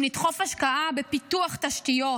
אם נדחוף השקעה בפיתוח תשתיות,